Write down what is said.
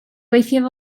gweithio